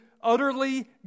utterly